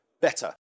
better